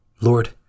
Lord